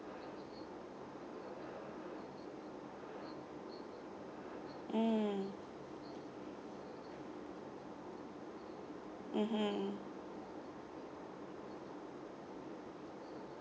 mm mmhmm